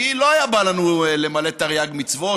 כי לא בא לנו למלא תרי"ג מצוות,